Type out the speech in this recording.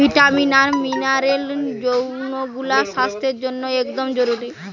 vitamin আর mineral যৌগুলা স্বাস্থ্যের জন্যে একদম জরুরি